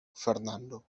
fernando